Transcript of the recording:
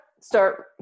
start